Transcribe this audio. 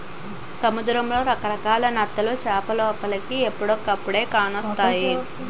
సముద్రంలో రకరకాల నత్తలు చేపలోలికి ఎప్పుడుకప్పుడే కానొస్తాయి